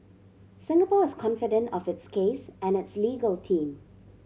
Singapore is confident of its case and its legal team